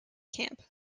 camp